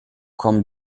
kommen